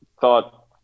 thought